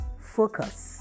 focus